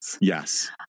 Yes